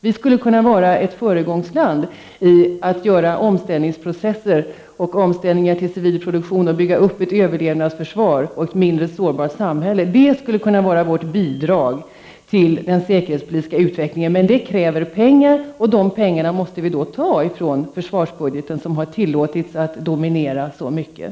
Vi skulle kunna vara ett föregångsland i att göra omställningsprocesser och omställning till civil produktion samt bygga upp ett överlevnadsförsvar och ett mindre sårbart samhälle. Det skulle kunna vara vårt bidrag till den säkerhetspolitiska utvecklingen. Men det kräver pengar, och dem måste vi ta från försvarsbudgeten som tillåtits dominera så mycket.